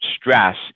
stress